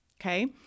Okay